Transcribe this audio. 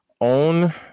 Own